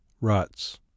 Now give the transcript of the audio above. Ruts